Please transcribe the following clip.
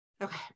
okay